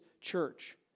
church